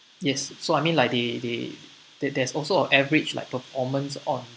yes so I mean like they they th~ that there's also a average like performance on